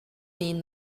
mean